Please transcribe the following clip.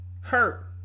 hurt